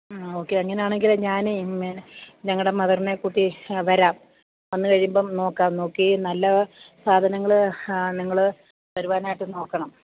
മ്മ് okay അങ്ങനെയാണെങ്കില് ഞാനേ ഞങ്ങളുടെ മദറിനെക്കൂട്ടി വരാം വന്നുകഴിയുമ്പോള് നോക്കാം നോക്കി നല്ല സാധനങ്ങള് നിങ്ങള് തരുവാനായ്ട്ട് നോക്കണം